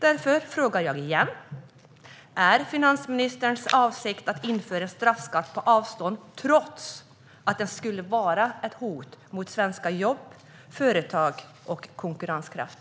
Därför frågar jag igen: Är finansministerns avsikt att införa straffskatt på avstånd trots att det skulle vara ett hot mot svenska jobb, företag och konkurrenskraft?